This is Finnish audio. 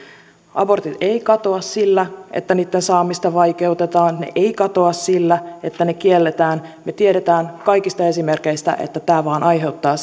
abortit eivät katoa sillä että niitten saamista vaikeutetaan ne eivät katoa sillä että ne kielletään me tiedämme kaikista esimerkeistä että tämä vain aiheuttaa